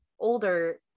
older